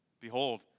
Behold